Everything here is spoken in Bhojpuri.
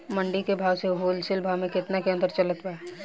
मंडी के भाव से होलसेल भाव मे केतना के अंतर चलत बा?